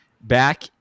back